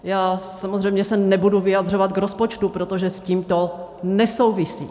Já samozřejmě se nebudu vyjadřovat k rozpočtu, protože s tím to nesouvisí.